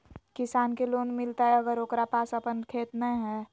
किसान के लोन मिलताय अगर ओकरा पास अपन खेत नय है?